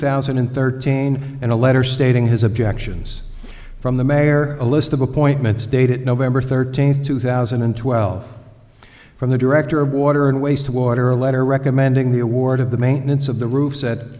thousand and thirteen and a letter stating his objections from the mayor a list of appointments dated november thirteenth two thousand and twelve from the director of water and waste water a letter recommending the award of the maintenance of the roof said